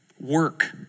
Work